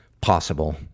possible